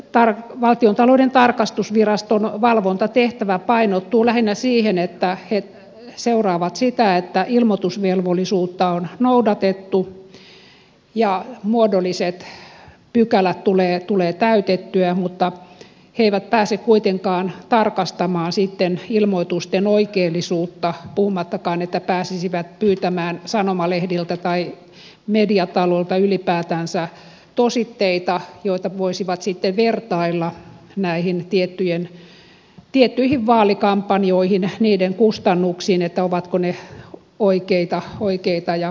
eli valtiontalouden tarkastusviraston valvontatehtävä painottuu lähinnä siihen että he seuraavat sitä että ilmoitusvelvollisuutta on noudatettu ja muodolliset pykälät tulee täytettyä mutta he eivät pääse kuitenkaan tarkastamaan ilmoitusten oikeellisuutta puhumattakaan että pääsisivät pyytämään sanomalehdiltä tai mediatalolta ylipäätänsä tositteita joita voisivat sitten vertailla näihin tiettyihin vaalikampanjoihin niiden kustannuksiin että ovatko ne oikeita ja uskottavia